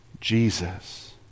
Jesus